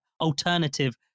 alternative